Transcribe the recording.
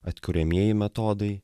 atkuriamieji metodai